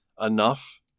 enough